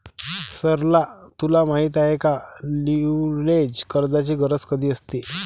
सरला तुला माहित आहे का, लीव्हरेज कर्जाची गरज कधी असते?